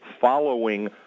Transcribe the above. following